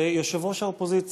ליושב-ראש האופוזיציה,